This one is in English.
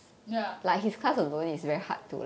ya